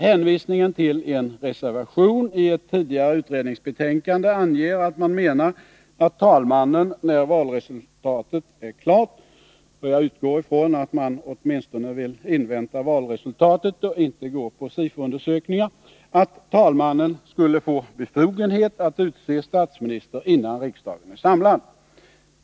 Hänvisningen till en reservation i ett tidigare utredningsbetänkande anger att man menar att talmannen, när valresultatet är klart — för jag utgår ifrån att man åtminstone vill invänta valresultatet och inte gå på SIFO-undersökningar — skulle få befogenhet att utse statsminister, innan riksdagen är samlad.